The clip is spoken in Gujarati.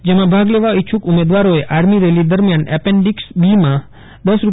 જેમાં ભાગ લેવા ઈચ્છુક ઉમેદવારોએ આર્મી રેલી દરમ્યાન એપેન્ડીક્ષ બી માં રૂ